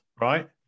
right